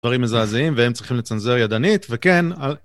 דברים מזעזעים, והם צריכים לצנזר ידנית, וכן...